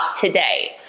today